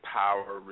power